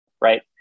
right